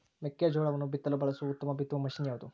ಮೆಕ್ಕೆಜೋಳವನ್ನು ಬಿತ್ತಲು ಬಳಸುವ ಉತ್ತಮ ಬಿತ್ತುವ ಮಷೇನ್ ಯಾವುದು?